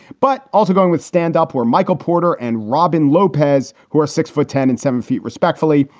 but also going with stand up for michael porter and robin lopez, who are six foot ten and seven feet. respectfully,